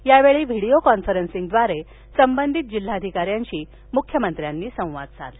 यावेळी व्हिडिओ कॉन्फरन्सिंगद्वारे संबधित जिल्हाधिकाऱ्यांशी मुख्यमंत्र्यांनी संवाद साधला